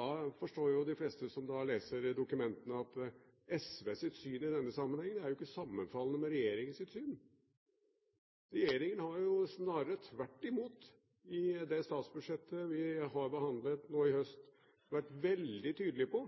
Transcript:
Da forstår de fleste som leser dokumentene, at SVs syn i denne sammenheng ikke er sammenfallende med regjeringens syn. Regjeringen har snarere tvert imot i det statsbudsjettet vi har behandlet nå i høst, vært veldig tydelige på